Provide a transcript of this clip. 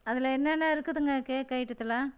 அதில் என்னென்ன இருக்குதுங்க கேக் ஐட்டத்தில்